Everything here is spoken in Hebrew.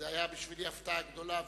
זו היתה בשבילי הפתעה גדולה.